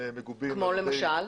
כמו למשל?